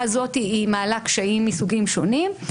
הזאת היא מעלה קשיים מסוגים שונים.